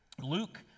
Luke